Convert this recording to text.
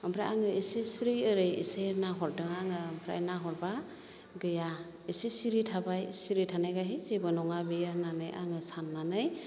ओमफ्राय आङो एसे सिरि ओरै एसे नाहरदों आङो ओमफ्राय नाहरबा गैया एसे सिरि थाबाय सिरि थानायखाय है जेबो नङा बेयो होननानै आङो साननानै